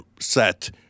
set